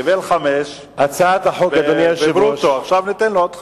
קיבל חמש דקות, עכשיו ניתן לו עוד חמש.